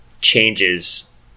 changes